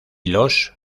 los